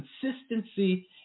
consistency